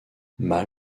mal